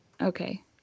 Okay